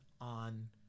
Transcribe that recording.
on